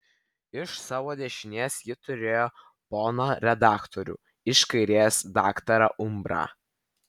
iš savo dešinės ji turėjo poną direktorių iš kairės daktarą umbrą